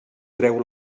treu